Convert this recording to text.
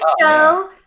show